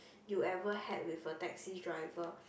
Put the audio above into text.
you ever had with a taxi driver